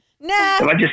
No